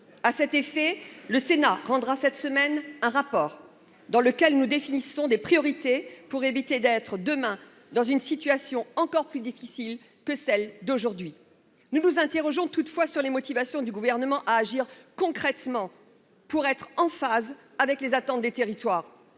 y répondre, le Sénat rendra cette semaine un rapport dans lequel nous définissons des priorités pour éviter de nous retrouver, demain, dans une situation encore plus difficile que celle d'aujourd'hui. Nous nous interrogeons toutefois sur la motivation du Gouvernement à agir concrètement et en phase avec les attentes des territoires.